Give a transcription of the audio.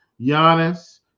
Giannis